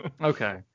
Okay